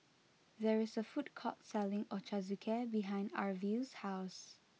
there is a food court selling Ochazuke behind Arvil's house